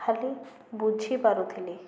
ଖାଲି ବୁଝିପାରୁଥିଲି